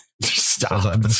Stop